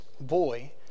boy